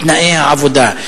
בתנאי העבודה,